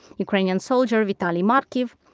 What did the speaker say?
ukrainian soldier, vitaliy markiv,